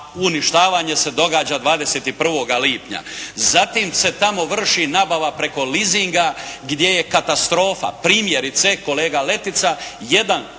uništavanje se događa 21 lipnja. Zatim se tamo vrši nabava preko leasinga, gdje je katastrofa. Primjerice, kolega Letica, jedan